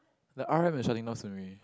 r_o_m is shutting down soon already